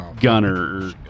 gunner